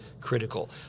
critical